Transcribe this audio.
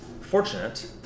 fortunate